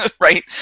right